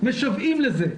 משוועים לזה.